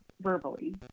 verbally